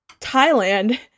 Thailand